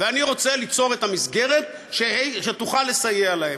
ואני רוצה ליצור את המסגרת שתוכל לסייע להם.